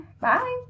Bye